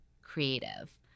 creative